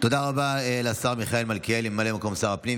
תודה רבה לשר מיכאל מלכיאלי, ממלא מקום שר הפנים.